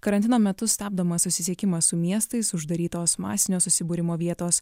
karantino metu stabdomas susisiekimas su miestais uždarytos masinio susibūrimo vietos